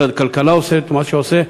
משרד הכלכלה עושה את מה שהוא עושה,